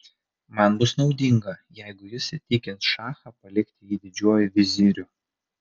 man bus naudinga jeigu jis įtikins šachą palikti jį didžiuoju viziriu